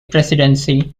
presidency